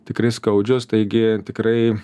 tikrai skaudžios taigi tikrai